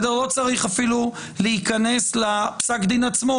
לא צריך אפילו להיכנס לפסק הדין עצמו,